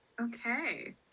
Okay